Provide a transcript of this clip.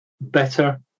better